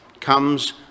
comes